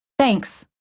thanks.